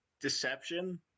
deception